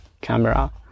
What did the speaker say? camera